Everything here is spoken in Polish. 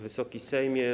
Wysoki Sejmie!